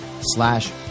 slash